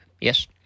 Yes